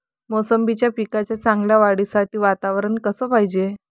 मोसंबीच्या पिकाच्या चांगल्या वाढीसाठी वातावरन कस पायजे?